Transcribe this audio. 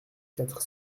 quatre